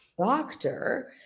doctor